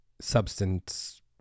substance